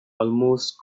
almost